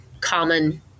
common